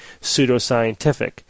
pseudoscientific